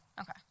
Okay